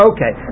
Okay